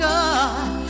God